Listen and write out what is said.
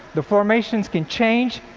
the formations can change.